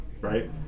right